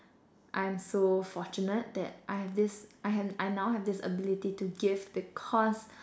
I'm so fortunate that I have this I've I now have this ability to give because